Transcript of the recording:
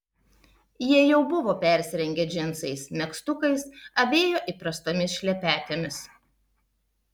jie jau buvo persirengę džinsais megztukais avėjo įprastomis šlepetėmis